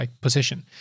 position